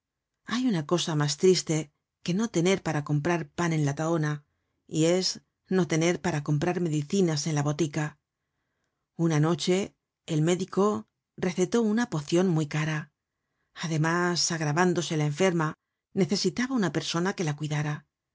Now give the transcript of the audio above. hay una cosa mas triste que no tener para comprar pan en la tahona y es no tener para comprar medicinas en la botica una noche el médico recetó una pocion muy cara además agravándose la enferma necesitaba una persona que la cuidara